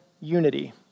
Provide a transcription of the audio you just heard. unity